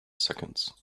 seconds